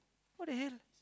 what the hell